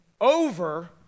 over